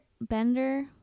Bender